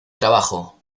trabajo